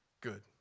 good